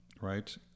right